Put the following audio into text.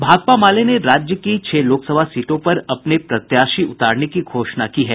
भाकपा माले ने राज्य की छह लोकसभा सीटों पर अपने प्रत्याशी उतारने की घोषणा की है